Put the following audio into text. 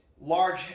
large